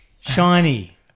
Shiny